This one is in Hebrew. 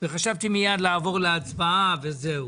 וחשבתי מיד לעבור להצבעה וזהו,